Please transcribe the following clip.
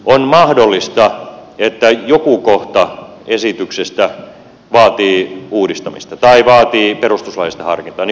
on mahdollista että joku kohta esityksestä vaatii uudistamista tai vaatii perustuslaillista harkintaa